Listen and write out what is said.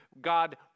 God